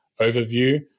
overview